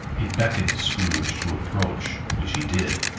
it beckoned scrooge to approach, which he did.